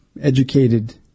educated